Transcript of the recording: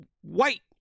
White